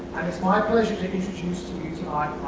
and it's my pleasure to introduce to you tonight